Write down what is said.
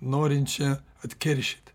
norinčia atkeršyt